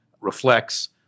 reflects